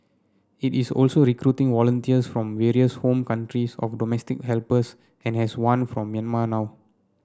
it is also recruiting volunteers from the various home countries of domestic helpers and has one from Myanmar now